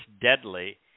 deadly